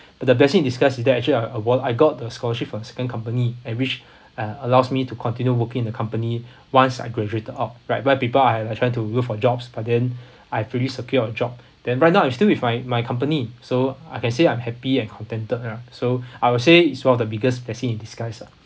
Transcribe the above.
the blessing in disguise is that actually I award I got the scholarship from second company and which uh allows me to continue working in the company once I graduated out many people are like trying to look for jobs but then I've fully secure a job than right now I'm still with my my company so I can say I'm happy and contented lah so I would say is one of the biggest blessing in disguise lah